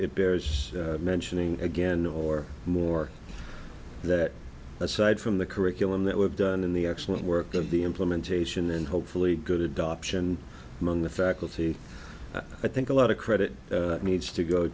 it bears mentioning again or more that aside from the curriculum that were done in the excellent work of the implementation and hopefully good adoption among the faculty i think a lot of credit needs to go